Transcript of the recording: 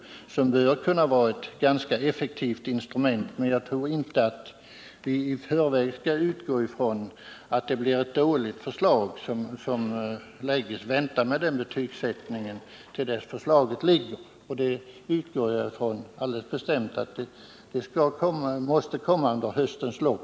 En sådan bör kunna vara ett ganska effektivt instrument, men jag tror inte att vi i förväg skall utgå ifrån att det blir ett dåligt förslag som läggs fram. Vänta med betygsättningen till dess förslaget föreligger. Jag utgår alldeles bestämt ifrån att det måste komma under höstens lopp.